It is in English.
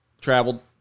traveled